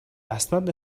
اسناد